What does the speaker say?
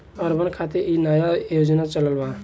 urban खातिर इ नया योजना चलल बा